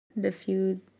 diffuse